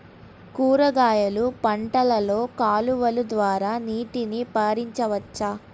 కూరగాయలు పంటలలో కాలువలు ద్వారా నీటిని పరించవచ్చా?